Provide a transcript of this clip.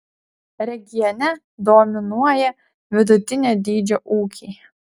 regione dominuoja vidutinio dydžio ūkiai